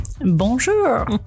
Bonjour